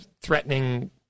threatening